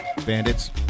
Bandits